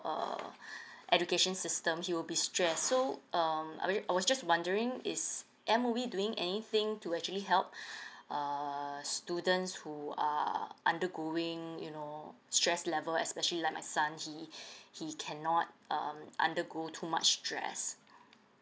err education system he will be stress so um I wa~ I was just wondering is M_O_E doing anything to actually help err students who are undergoing you know stress level especially like my son he he cannot um undergo too much stress